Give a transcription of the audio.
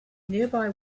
nearby